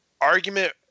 argument